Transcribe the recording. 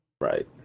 right